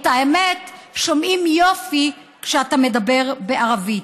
את האמת שומעים יופי כשאתה מדבר בערבית.